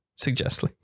suggestly